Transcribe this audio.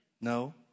No